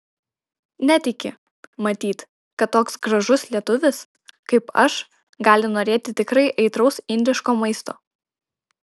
netiki matyt kad toks gražus lietuvis kaip aš gali norėti tikrai aitraus indiško maisto